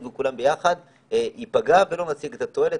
וכולם ביחד ייפגעו ולא משיג את התועלת.